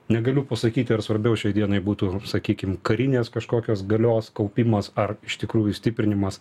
negaliu pasakyti ar svarbiau šiai dienai būtų sakykim karinės kažkokios galios kaupimas ar iš tikrųjų stiprinimas